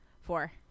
four